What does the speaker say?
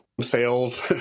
sales